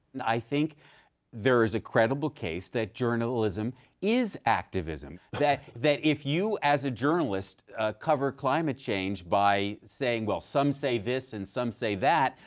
and i think there is a credible case that journalism is activism. that that if you, as a journalist covered climate change by saying, well, some say this and some say that,